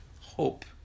hope